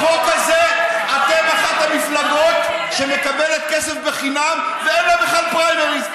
בחוק הזה אתם אחת המפלגות שמקבלות כסף חינם ואין להן בכלל פריימריז.